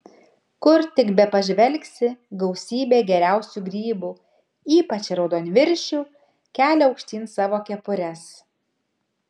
kur tik bepažvelgsi gausybė geriausių grybų ypač raudonviršių kelia aukštyn savo kepures